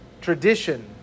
Tradition